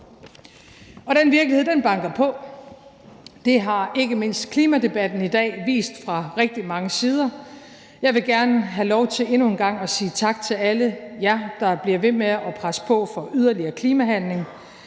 Og den virkelighed banker på. Det har ikke mindst klimadebatten i dag vist fra rigtig mange sider. Jeg vil gerne have lov til endnu en gang at sige tak til alle jer, der bliver ved med at presse på for yderligere klimahandling.